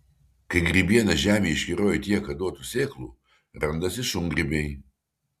kai grybiena žemėje iškeroja tiek kad duotų sėklų randasi šungrybiai